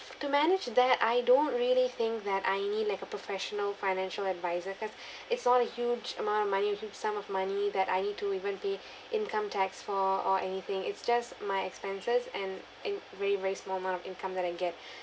to manage that I don't really think that I need like a professional financial adviser cause it's not a huge amount of money huge sum of money that I need to even be income taxed for or anything it's just my expenses and and re~ raise more amount of income that I get